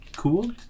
Cool